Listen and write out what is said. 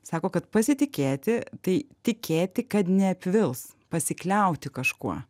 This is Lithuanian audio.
sako kad pasitikėti tai tikėti kad neapvils pasikliauti kažkuo